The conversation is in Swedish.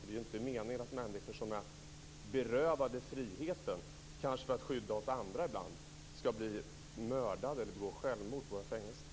Det är ju inte meningen att människor som berövats friheten, ibland kanske för att skydda oss andra, skall bli mördade eller skall begå självmord på våra fängelser.